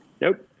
nope